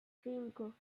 cinco